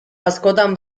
askotan